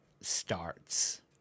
starts